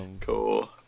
Cool